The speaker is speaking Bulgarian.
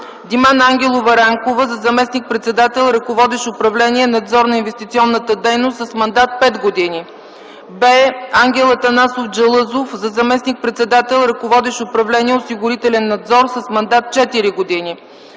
Димана Ангелова Ранкова – за заместник-председател, ръководещ управление „Надзор на инвестиционната дейност” с мандат 5 години; б) Ангел Атанасов Джалъзов – за заместник-председател, ръководещ управление „Осигурителен надзор” с мандат 4 години;